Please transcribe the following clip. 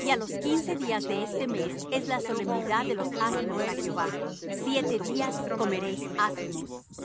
y á los quince días de este mes es la solemnidad de los ázimos á jehová siete días comeréis ázimos